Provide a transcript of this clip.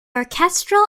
orchestral